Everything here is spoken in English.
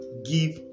give